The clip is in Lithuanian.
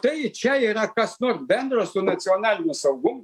tai čia yra kas nors bendro su nacionaliniu saugumu